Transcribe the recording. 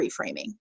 reframing